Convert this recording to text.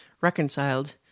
reconciled